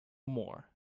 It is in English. more